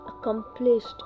accomplished